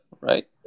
right